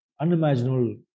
unimaginable